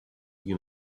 you